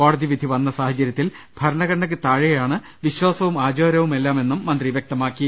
കോടതി വിധി വന്ന സാഹചരൃത്തിൽ ഭരണഘടനടയ്ക്ക് താഴെയാണ് വിശ്ചാസവും ആചാരവും എല്ലാം എന്നും മന്ത്രി വ്യക്തമാക്കി